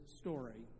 story